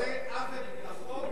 אתה עושה עוול לחוק,